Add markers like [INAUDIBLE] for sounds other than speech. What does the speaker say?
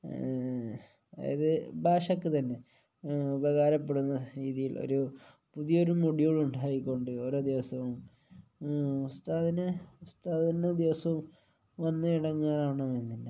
അതായത് ഭാഷയ്ക്ക് തന്നെ ഉപകാരപ്പെടുന്ന രീതിയിൽ ഒരു പുതിയൊരു [UNINTELLIGIBLE] ഉണ്ടായിക്കൊണ്ട് ഓരോ ദിവസവും ഉസ്താദിന് ഉസ്താദിന് ദിവസവും വന്ന് ഇടങ്ങേറാകണം എന്നില്ല